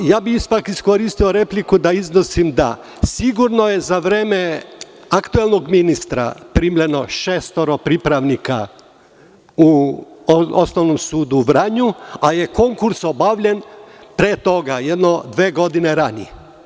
Iskoristio bih repliku da iznesem, da je sigurno za vreme aktuelnog ministra primljeno šestoro pripravnika u Osnovnom sudu u Vranju, a konkurs je obavljen pre toga, jedno dve godine ranije.